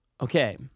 Okay